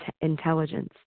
intelligence